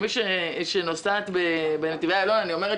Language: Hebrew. כמי שנוסעת בנתיבי איילון,